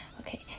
Okay